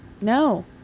No